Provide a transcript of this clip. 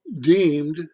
deemed